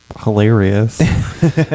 hilarious